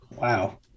Wow